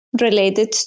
Related